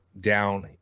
down